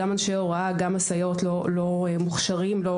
אנשי ההוראה והסייעות לא מוכשרים ולא